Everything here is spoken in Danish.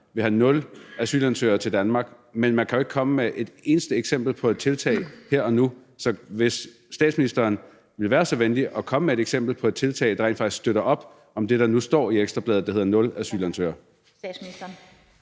vil have nul asylansøgere til Danmark, men man kan jo ikke komme med et eneste eksempel på et tiltag her og nu. Så vil statsministeren være så venlig at komme med et eksempel på et tiltag, der rent faktisk støtter op om det, der nu står i Ekstra Bladet, og som hedder »nul asylsøgere«?